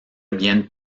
bien